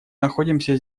находимся